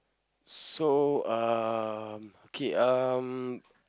so um K um